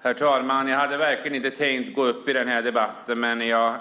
Herr talman! Jag hade verkligen inte tänkt gå upp i den här debatten, men jag